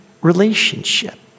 relationship